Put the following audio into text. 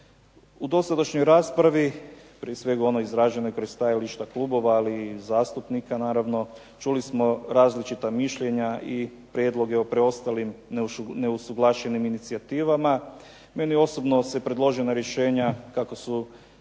U dosadašnjoj raspravi, prije svega u onoj izraženoj kroz stajališta klubova, ali i zastupnika naravno čuli smo različita mišljenja i prijedloge o preostalim neusuglašenim inicijativama. Meni osobno se predložena rješenja kako su